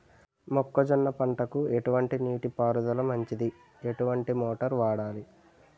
మొక్కజొన్న పంటకు ఎటువంటి నీటి పారుదల మంచిది? ఎటువంటి మోటార్ వాడాలి?